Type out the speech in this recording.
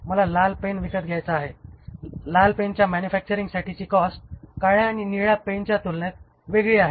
मला लाल पेन विकत घ्यायचा आहे लाल पेनच्या मॅनुफॅक्चरिंग साठीची कॉस्ट काळ्या आणि निळ्या पेनच्या तुलनेत वेगळी आहे